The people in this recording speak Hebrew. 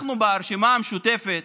אנחנו ברשימה המשותפת,